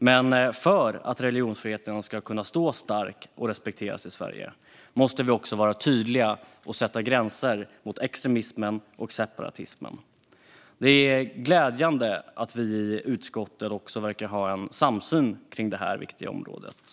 Men för att religionsfriheten ska kunna stå stark och respekteras i Sverige måste vi också vara tydliga och sätta gränser mot extremismen och separatismen. Det är glädjande att vi i utskottet verkar ha samsyn på detta viktiga område.